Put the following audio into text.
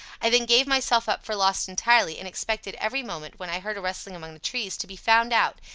i then gave myself up for lost entirely, and expected every moment, when i heard a rustling among the trees, to be found out,